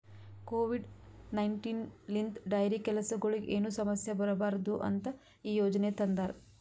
Covid nineteen ಲಿಂತ್ dairy ಕೆಲಸಗೊಳಿಗ್ ಏನು ಸಮಸ್ಯ ಬರಬಾರದು ಅಂತ್ ಈ ಯೋಜನೆ ತಂದಾರ್